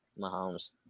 Mahomes